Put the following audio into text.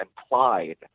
implied